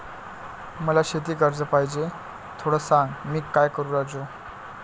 मला शेती कर्ज पाहिजे, थोडं सांग, मी काय करू राजू?